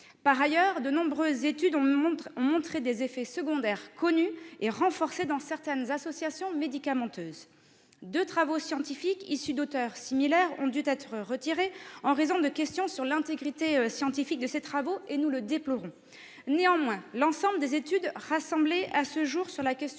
Par ailleurs, de nombreuses études ont montré des effets secondaires connus et renforcés dans le cas de certaines associations médicamenteuses. Les résultats de deux travaux scientifiques- issus d'auteurs similaires -ont dû être retirés en raison de questions sur leur intégrité scientifique. Nous le déplorons. Néanmoins, l'ensemble des études rassemblées à ce jour sur la question